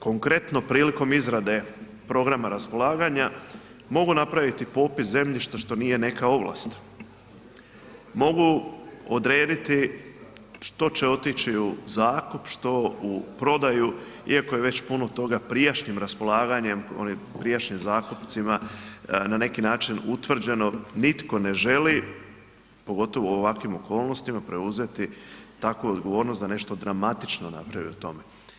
Konkretno prilikom izrade programa raspolaganja mogu napraviti popis zemljišta što nije neka ovlast, mogu odrediti što će otići u zakup, što u prodaju iako je već puno toga prijašnjim raspolaganjem onim prijašnjim zakupcima na neki način utvrđeno nitko ne želi, pogotovo u ovakvim okolnostima preuzeti takvu odgovornost da nešto dramatično napravi u tome.